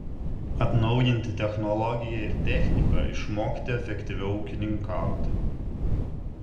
atnaujinti technologiją ir techniką išmokti efektyviau ūkininkauti